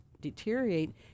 deteriorate